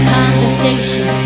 conversation